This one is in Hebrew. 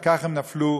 וכך הם נפלו.